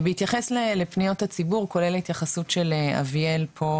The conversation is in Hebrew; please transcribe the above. בהתייחס לפניות הציבור, כולל התייחסות של אביאל פה